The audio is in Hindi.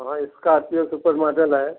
हाँ स्कॉर्पियो सुपर मॉडल है